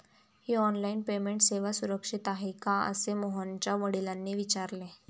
ही online payment सेवा सुरक्षित आहे का असे मोहनच्या वडिलांनी विचारले